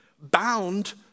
bound